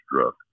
struck